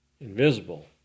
invisible